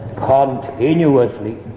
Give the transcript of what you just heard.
Continuously